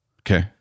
Okay